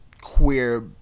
queer